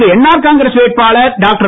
இன்று என்ஆர் காங்கிரஸ் வேட்பாளர் டாக்டர்